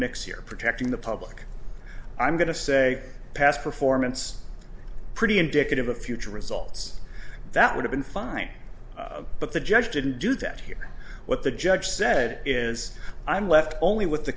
here protecting the public i'm going to say past performance pretty indicative of future results that would have been fine but the judge didn't do that here what the judge said is i'm left only with the